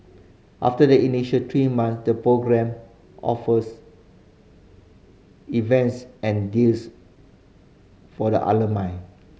after the initial three months the program offers events and deals for the alumni